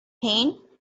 pain